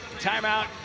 Timeout